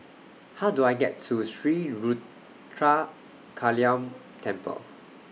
How Do I get to Sri Ruthra Kaliamman Temple